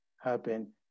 happen